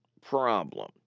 problem